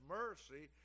mercy